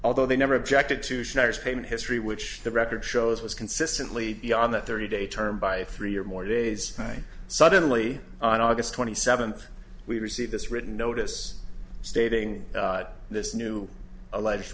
although they never objected to schneider's payment history which the record shows was consistently beyond the thirty day term by three or more days suddenly on august twenty seventh we received this written notice stating this new alleged